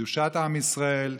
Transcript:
בקדושת עם ישראל.